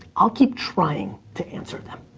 i'll keep trying to answer them.